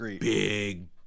big